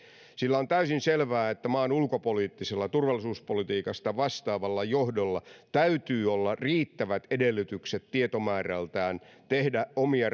sillä on täysin selvää että maan ulkopoliittisella turvallisuuspolitiikasta vastaavalla johdolla täytyy olla riittävät edellytykset tietomäärältään tehdä omia